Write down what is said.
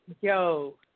Yo